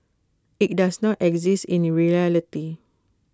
IT does not exist in reality